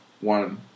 one